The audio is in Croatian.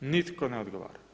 Nitko ne odgovara.